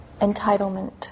Entitlement